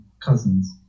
cousins